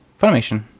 Funimation